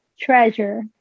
Treasure